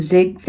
Zig